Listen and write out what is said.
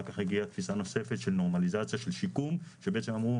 אחר כך הגיעה תפיסה נוספת של נורמליזציה של שיקום שבעצם אמרו,